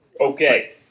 Okay